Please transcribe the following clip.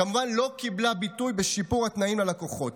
כמובן לא קיבלה ביטוי בשיפור התנאים ללקוחות.